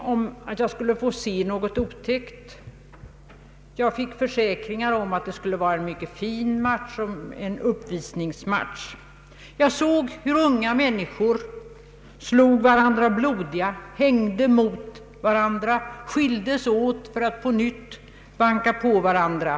Jag fick försäkringar att det skulle bli en mycket fin match — en uppvisningsmatch. Jag såg hur unga människor slog varandra blodiga, hängde mot varandra, skildes åt, för att ånyo banka på varandra.